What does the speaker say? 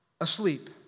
asleep